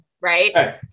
right